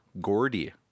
Gordy